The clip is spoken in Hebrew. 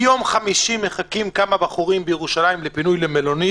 מיום חמישי מחכים כמה בחורים בירושלים לפינוי למלונית.